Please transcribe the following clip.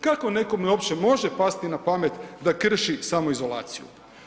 Kako nekome uopće može pasti na pamet da krši samoizolaciju?